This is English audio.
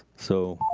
so,